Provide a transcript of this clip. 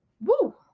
woo